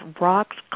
rocks